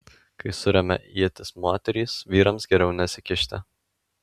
kai suremia ietis moterys vyrams geriau nesikišti